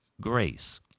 grace